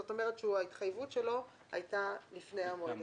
זאת אומרת שההתחייבות שלו הייתה לפני המועד הקובע.